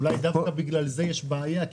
אולי דווקא בגלל זה יש בעיה,